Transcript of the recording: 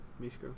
Misko